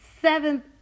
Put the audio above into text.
seventh